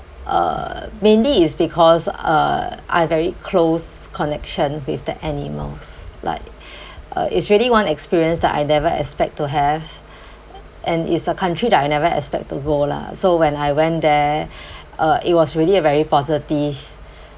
uh mainly it's because uh I've very close connection with the animals like uh it's really one experience that I never expect to have and it's a country that I never expect to go lah so when I went there uh it was really a very positive